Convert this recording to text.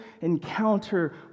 encounter